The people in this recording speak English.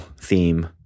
theme